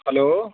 hello